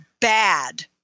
bad